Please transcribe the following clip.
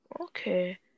Okay